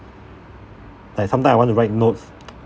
like sometime I want to write notes